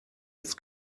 its